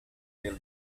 daily